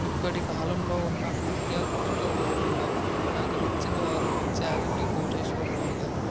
ఇప్పటి కాలంలో ఉన్న ఆధ్యాత్మిక గురువుల్లో నాకు నచ్చిన వారు చాగంటి కోటేశ్వరరావు గారు